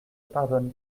pardonne